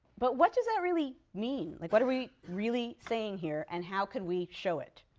but what does that really mean? like what are we really saying here and how could we show it?